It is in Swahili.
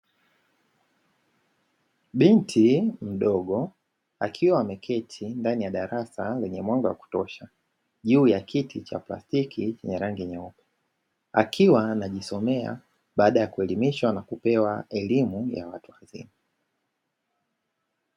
Binti mdogo akiwa ameketi ndani ya darasa lenye mwanga wa kutosha juu ya kiti Cha plastiki chenye rangi nyeupe akiwa anajisomea baada ya kuelimisha na kupewa elimu ya watu wazima.